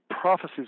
prophecies